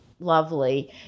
lovely